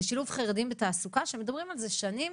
ושילוב חרדים בתעסוקה שמדברים על זה שנים.